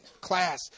class